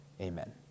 Amen